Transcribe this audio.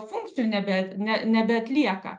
funkcijų nebe ne nebeatlieka